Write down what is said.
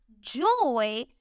joy